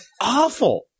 awful